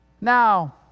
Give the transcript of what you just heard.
Now